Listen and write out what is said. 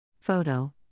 Photo